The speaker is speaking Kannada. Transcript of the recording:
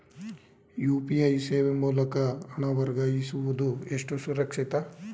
ಯು.ಪಿ.ಐ ಸೇವೆ ಮೂಲಕ ಹಣ ವರ್ಗಾಯಿಸುವುದು ಎಷ್ಟು ಸುರಕ್ಷಿತ?